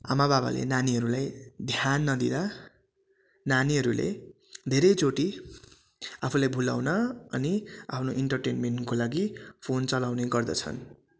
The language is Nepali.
आमा बाबाले नानीहरूलाई ध्यान नदिँदा नानीहरूले धेरै चोटि आफूलाई भुल्याउन अनि आफ्नो इन्टरटेनमेन्टको लागि फोन चलाउने गर्दछन्